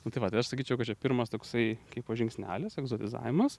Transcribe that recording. nu tai va tai aš sakyčiau kad čia pirmas toksai kaipo žingsnelis egzotizavimas